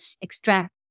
extract